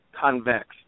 convex